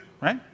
right